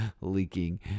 leaking